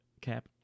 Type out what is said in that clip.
cap